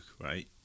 right